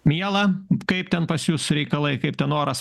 miela kaip ten pas jus reikalai kaip ten oras